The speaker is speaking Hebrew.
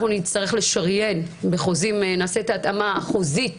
אנחנו נצטרך לשריין, נעשה את ההתאמה החוזית